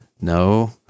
No